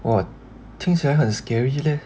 !wah! 听起来很 scary leh